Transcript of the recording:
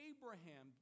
Abraham